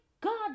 God